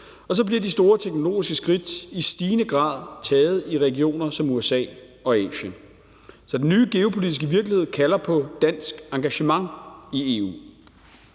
Og så bliver de store teknologiske skridt i stigende grad taget i regioner som USA og Asien. Så den nye geopolitiske virkelighed kalder på dansk engagement i EU.